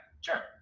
sure